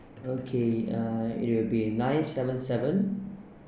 okay uh it will be nine seven seven